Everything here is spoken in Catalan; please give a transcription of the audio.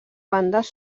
bandes